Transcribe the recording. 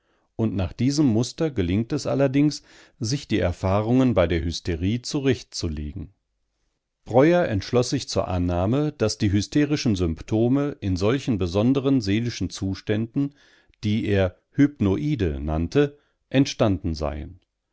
und nach diesem muster gelingt es allerdings sich die erfahrungen bei der hysterie zurechtzulegen breuer entschloß sich zur annahme daß die hysterischen symptome in solchen besonderen seelischen zuständen die er hypnoide nannte entstanden seien